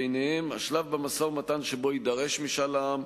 ובהם השלב במשא-ומתן שבו יידרש משאל עם,